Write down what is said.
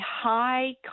high